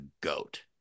goat